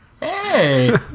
Hey